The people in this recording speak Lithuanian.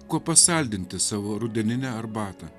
kuo pasaldinti savo rudeninę arbatą